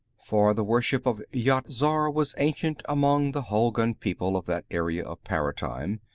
for the worship of yat-zar was ancient among the hulgun people of that area of paratime,